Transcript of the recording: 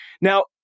Now